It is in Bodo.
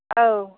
औ